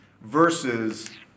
versus